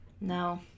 No